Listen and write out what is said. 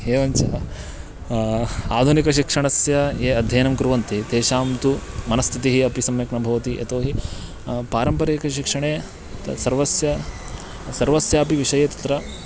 एवञ्च आधुनिकशिक्षणस्य ये अध्ययनं कुर्वन्ति तेषां तु मनस्थितिः अपि सम्यक् न भवति यतोहि पारम्परिकशिक्षणे तत् सर्वस्य सर्वस्यापि विषये तत्र